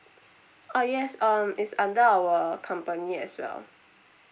uh yes um it's under our company as well